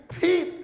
peace